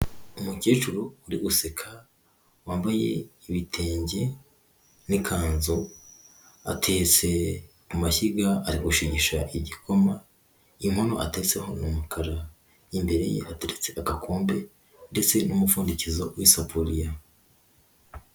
Umukecuru uri guseka wambaye ibitenge n'ikanzu, atetse amashyiga ari gushigisha igikoma. Inkono atetseho n'umukara, imbere ye hateretse agakombe ndetse n'umupfundikizo w'isafuriya.